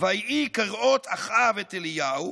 "ויהי כראות אחאב את אליהו